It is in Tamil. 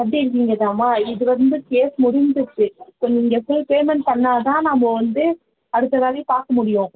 கட்டி இருக்கீங்கதானம்மா இது வந்து கேஸ் முடிஞ்சிடுச்சு ஸோ நீங்கள் ஃபுல் பேமெண்ட் பண்ணால்தான் நம்ம வந்து அடுத்த வேலையை பார்க்க முடியும்